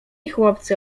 chłopcy